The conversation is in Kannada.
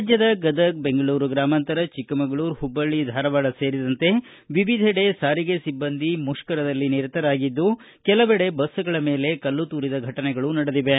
ರಾಜ್ಯದ ಗದಗ ಬೆಂಗಳೂರು ಗ್ರಾಮಾಂತರ ಚಿಕ್ಕಮಗಳೂರು ಹುಬ್ಬಳ್ಳ ಧಾರವಾಡ ಸೇರಿದಂತೆ ವಿವಿಧೆಡೆ ಸಾರಿಗೆ ಸಿಬ್ಲಂದಿ ಮುಷ್ತರದಲ್ಲಿ ನಿರತರಾಗಿದ್ದು ಕೆಲವೆಡೆ ಬಸ್ತುಗಳ ಮೇಲೆ ಕಲ್ಲು ತೂರಿದ ಫಟನೆಗಳು ನಡೆದಿವೆ